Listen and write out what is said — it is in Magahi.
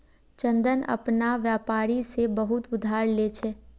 चंदन अपना व्यापारी से बहुत उधार ले छे